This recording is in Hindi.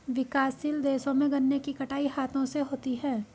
विकासशील देशों में गन्ने की कटाई हाथों से होती है